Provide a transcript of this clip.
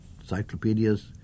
encyclopedias